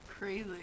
crazy